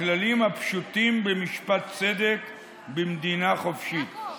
הכללים הפשוטים במשפט צדק במדינה חופשית.